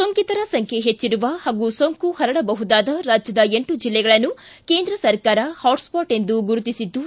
ಸೋಂಕಿತರ ಸಂಖ್ಯೆ ಹೆಚ್ಚರುವ ಹಾಗೂ ಸೋಂಕು ಹರಡಬಹುದಾದ ರಾಜ್ಯದ ಎಂಟು ಜಿಲ್ಲೆಗಳನ್ನು ಕೇಂದ್ರ ಸರ್ಕಾರ ಹಾಟ್ ಸ್ಟಾಟ್ ಎಂದು ಗುರುತಿಸಿದ್ದು